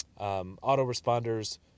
autoresponders